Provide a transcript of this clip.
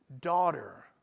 Daughter